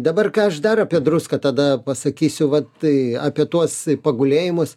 dabar ką aš dar apie druską tada pasakysiu va tai apie tuos pagulėjimus